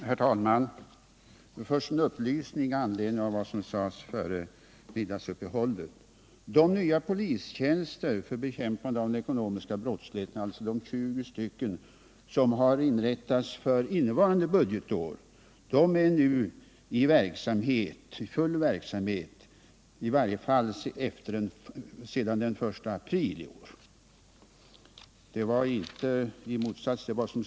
Herr talman! Först en upplysning med anledning av vad som sades före middagsuppehållet. För innevarande budgetår har det tillsatts 20 nya poliser för bekämpande av den ekonomiska brottsligheten, och de är nu i full verksamhet sedan den 1 april.